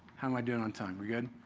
how am i doing on time? we're good?